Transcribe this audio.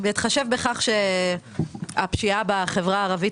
בהתחשב בכך שהפשיעה בחברה הערבית